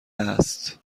است